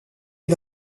est